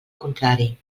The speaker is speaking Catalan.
contrari